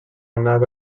anar